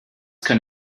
kann